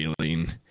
feeling